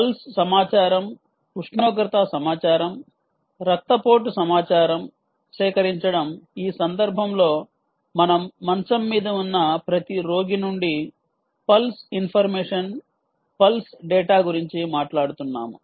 pulse సమాచారం ఉష్ణోగ్రత సమాచారం రక్తపోటు సమాచారం సేకరించడం ఈ సందర్భంలో మనం మంచం మీద ఉన్న ప్రతి రోగి నుండి పల్స్ ఇన్ఫర్మేషన్ పల్స్ డేటా గురించి మాట్లాడుతున్నాము